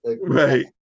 Right